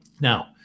Now